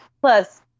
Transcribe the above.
Plus